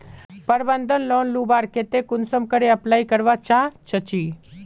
प्रबंधन लोन लुबार केते कुंसम करे अप्लाई करवा चाँ चची?